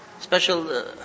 special